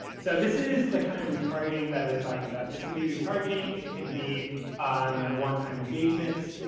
so, this is the kind of retargeting that i was talking about. this can be retargeting, it can be um one-time engagements.